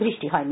বৃষ্টি হয়নি